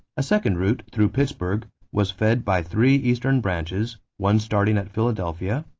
a second route, through pittsburgh, was fed by three eastern branches, one starting at philadelphia,